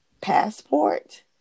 passport